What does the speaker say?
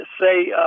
say